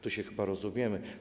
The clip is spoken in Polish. Tu się chyba rozumiemy.